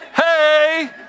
Hey